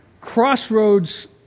Crossroads